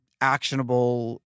actionable